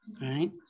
right